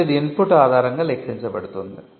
ఇప్పుడు ఇది ఇన్పుట్ ఆధారంగా లెక్కించబడుతుంది